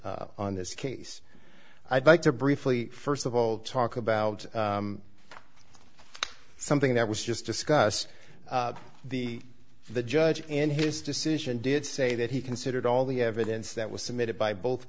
on this case i'd like to briefly first of all talk about something that was just discussed the the judge in his decision did say that he considered all the evidence that was submitted by both